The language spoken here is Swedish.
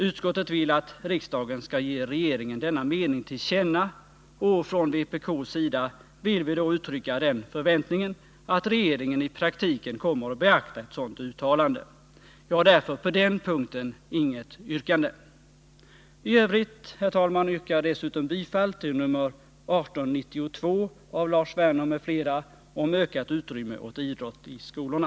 Utskottet vill att riksdagen skall ge regeringen denna mening till känna, och från vpk:s sida vill vi då uttrycka den förväntningen att regeringen i praktiken kommer att beakta ett sådant uttalande. Jag har därför inget yrkande på den punkten. I övrigt, herr talman, yrkar jag bifall till motion 1892 av Lars Werner m.fl. om ökat utrymme åt idrott i skolorna.